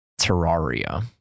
Terraria